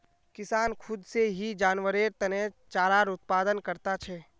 किसान खुद से ही जानवरेर तने चारार उत्पादन करता छे